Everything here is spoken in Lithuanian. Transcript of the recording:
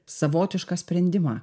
savotišką sprendimą